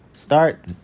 Start